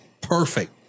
Perfect